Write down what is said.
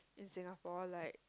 in Singapore like